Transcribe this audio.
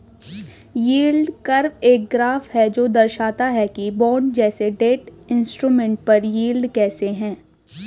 yield curve एक graph है जो दर्शाता है कि बॉन्ड जैसे डेट इंस्ट्रूमेंट पर यील्ड कैसे है